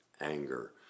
anger